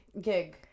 gig